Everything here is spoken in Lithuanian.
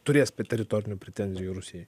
turės teritorinių pretenzijų rusijai